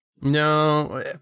No